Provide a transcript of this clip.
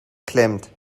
klemmt